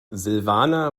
silvana